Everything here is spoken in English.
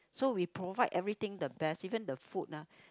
so we provide everything the best even the food lah